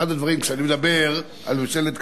כשאני מדבר על ממשלת קדימה,